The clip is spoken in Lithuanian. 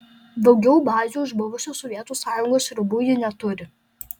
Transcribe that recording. daugiau bazių už buvusios sovietų sąjungos ribų ji neturi